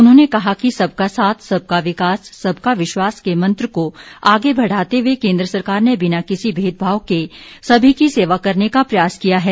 उन्होंने कहा कि सबका साथ सबका विकास सबका विश्वास के मंत्र को आगे बढ़ाते हुए केंद्र सरकार ने बिना किसी भेदभाव के सभी की सेवा करने का प्रयास किया है